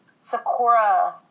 sakura